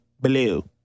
blue